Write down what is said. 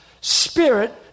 Spirit